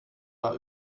war